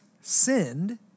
sinned